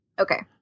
Okay